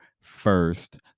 first